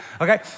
okay